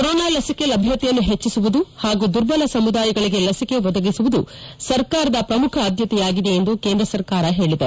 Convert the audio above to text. corona ಲಿಸಿಕೆ ಲಭ್ಯತೆಯನ್ನು ಹೆಚ್ಚಿಸುವುದು ಹಾಗೂ ದುರ್ಬಲ ಸಮುದಾಯಗಳಿಗೆ ಲಸಿಕೆ ಒದಗಿಸುವುದು ಸರ್ಕಾರದ ಪ್ರಮುಖ ಆದ್ಲತೆಯಾಗಿದೆ ಎಂದು ಕೇಂದ್ರ ಸರ್ಕಾರ ಹೇಳಿದೆ